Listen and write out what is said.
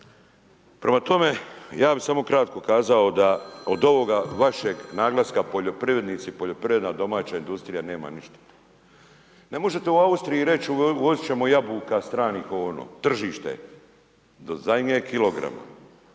Prema tome, ja bih samo kratko kazao da od ovoga vašeg naglaska poljoprivrednici i poljoprivredna domaća industrija nema ništa. Ne možete u Austriji reći uvozit ćemo jabuka stranih, ovo-ono. Tržište je do zadnjeg kilograma